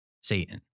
Satan